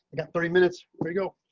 got three minutes we go